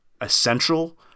essential